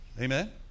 Amen